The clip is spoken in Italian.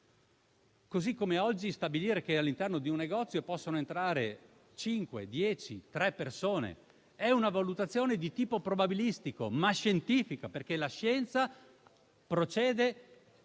così come oggi stabilire che all'interno di un negozio possono entrare tre, cinque o dieci persone è una valutazione di tipo probabilistico, ma scientifica perché la scienza procede